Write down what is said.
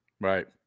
Right